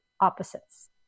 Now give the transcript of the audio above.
opposites